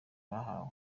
bahawe